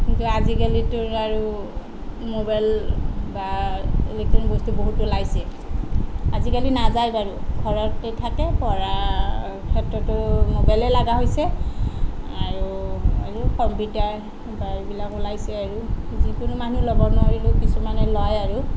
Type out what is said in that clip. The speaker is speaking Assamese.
কিন্তু আজিকালিতো আৰু ম'বাইল বা ইলেক্ট্ৰনিক বস্তু বহুত ওলাইছে আজিকালি নাযায় বাৰু ঘৰতেই থাকে পঢ়াৰ ক্ষেত্ৰতো ম'বাইলেই লগা হৈছে আৰু আৰু কম্পিউটাৰ বা এইবিলাক ওলাইছে আৰু যিকোনো মানুহ ল'ব নোৱাৰিলেও কিছুমানে লয় আৰু